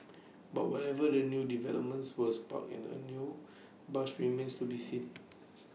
but wherever the new developments were spark in A new buzz remains to be seen